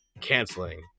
canceling